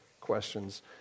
questions